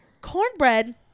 Cornbread